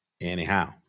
anyhow